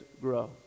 grow